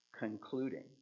concluding